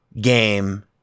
game